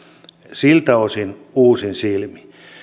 siltä osin uusin silmin